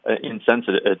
insensitive